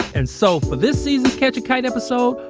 and so for this season's catch a kite episode,